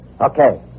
Okay